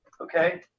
Okay